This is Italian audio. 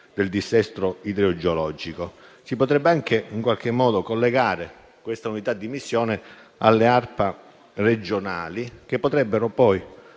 del dissesto idrogeologico. Si potrebbe anche in qualche modo collegare questa unità di missione alle Agenzie regionali per la